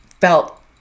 felt